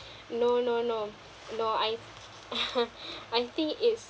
no no no no I I think it's